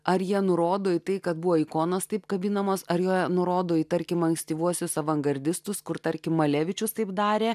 ar jie nurodo į tai kad buvo ikonos taip kabinamos ar jie nurodo į tarkim ankstyvuosius avangardistus kur tarkim balevičius taip darė